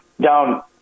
down